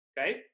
okay